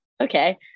okay